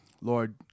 Lord